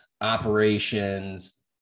operations